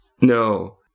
No